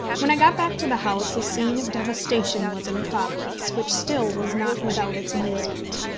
when i got back to the house a scene of devastation was in progress, which still was not without its amusement.